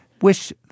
wish